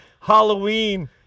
Halloween